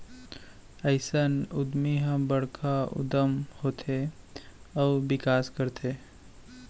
अइसन उद्यमी ह बड़का उद्यम होथे अउ बिकास करथे